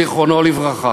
זיכרונו לברכה.